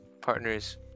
partners